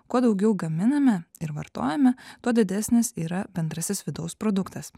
kuo daugiau gaminame ir vartojame tuo didesnis yra bendrasis vidaus produktas